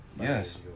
Yes